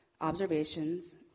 observations